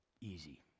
easy